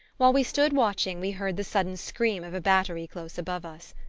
while we stood watching we heard the sudden scream of a battery close above us.